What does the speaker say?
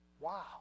wow